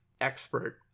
expert